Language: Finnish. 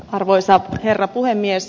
arvoisa herra puhemies